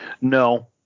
No